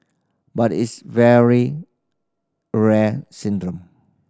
but it's very rare syndrome